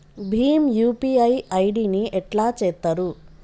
Bhim UPI ID ని ఎట్లా చేత్తరు?